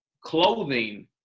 clothing